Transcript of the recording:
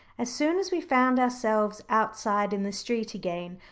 as soon as we found ourselves outside in the street again,